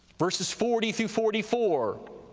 verses forty through forty four.